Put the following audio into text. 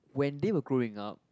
when they were growing up